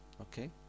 okay